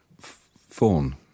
Fawn